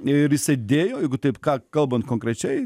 ir jisai dėjo jeigu taip ką kalbant konkrečiai